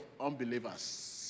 unbelievers